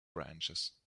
branches